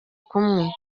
kumwe